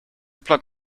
plug